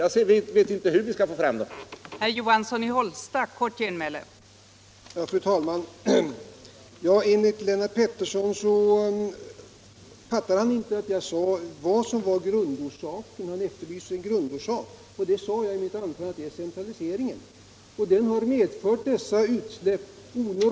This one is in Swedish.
Jag vet inte hur vi skall få fram dessa pengar.